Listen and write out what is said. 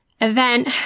event